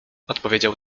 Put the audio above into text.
odpowiedział